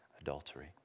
adultery